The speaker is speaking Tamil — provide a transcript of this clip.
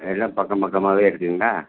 எல்லாம் பக்கம் பக்கமாகவே இருக்குதுங்களா